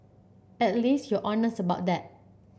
at least you're honest about that